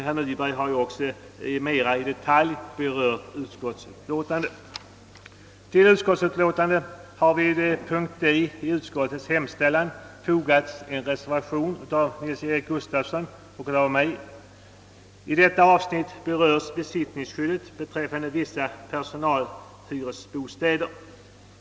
Herr Nyberg har ju också mera i detalj berört innehållet i utskottsutlåtandet. Till utskottets utlåtande har vid punkt D i utskottets hemställan fogats en reservation av herr Nils-Eric Gustafsson och mig. I detta avsnitt berörs besittningsskyddet beträffande vissa personalhyresbostäder.